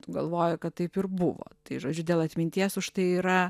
tu galvoji kad taip ir buvo tai žodžiu dėl atminties už tai yra